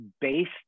based